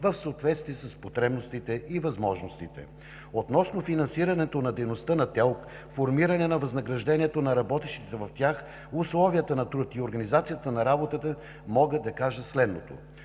в съответствие с потребностите и възможностите. Относно финансирането на дейността на ТЕЛК, формиране на възнаграждението на работещите в тях, условията на труд и организацията на работата мога да кажа следното: